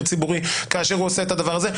ציבורי כאשר הוא עושה את הדבר הזה,